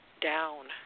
down